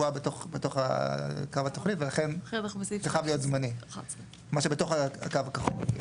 בתוך קו התוכנית ולכן מה שבתוך הקו הכחול חייב להיות זמני.